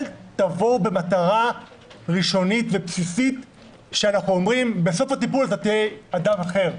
אל תבואו במטרה ראשונית ובסיסית לומר שבסוף הטיפול אתה תהיה אדם אחר,